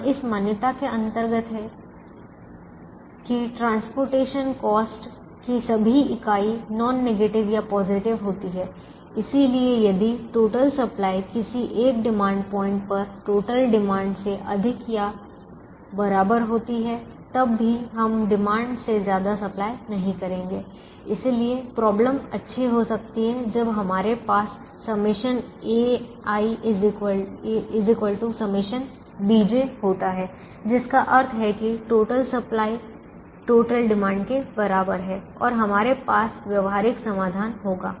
यहां इस मान्यता के अंतर्गत है कि परिवहन लागत की सभी इकाइ नॉन नेगेटिव या पॉजिटिव होती है इसीलिए यदि टोटल सप्लाई किसी एक डिमांड पॉइंट पर टोटल डिमांड से अधिक या बराबर होती है तब भी हम डिमांड से ज्यादा सप्लाई नहीं करेंगे इसलिए समस्या अच्छी हो जाती है जब हमारे पास ∑ ai ∑ bj होता है जिसका अर्थ है टोटल सप्लाई टोटल डिमांड के बराबर है हमारे पास व्यावहारिक समाधान होगा